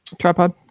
tripod